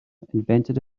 invented